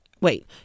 Wait